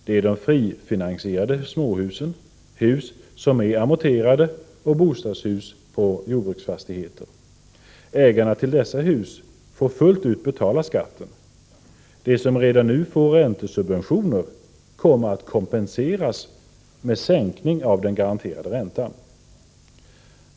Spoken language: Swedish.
Ägarna till frifinansierade småhus, hus som är amorterade och bostadshus på jordbruksfastigheter får fullt ut betala skatten. De som redan nu får räntesubventioner kommer att kompenseras med sänkning av den garanterade räntan.